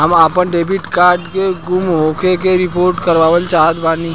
हम आपन debit card के गुम होखे के रिपोर्ट करवाना चाहत बानी